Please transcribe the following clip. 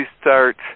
start